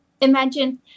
Imagine